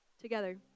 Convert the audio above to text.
together